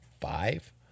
five